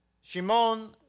Shimon